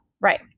Right